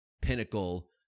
pinnacle